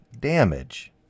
damage